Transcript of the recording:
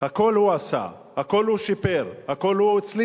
הכול הוא עשה, הכול הוא שיפר, הכול הוא הצליח,